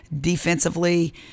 defensively